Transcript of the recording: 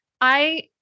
I-